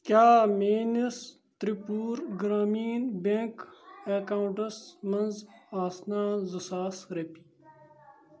کیٛاہ میٲنِس Tripura Gramin bank accounts منٛز آسنا زٕ ساس رۄپیہِ؟